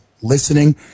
listening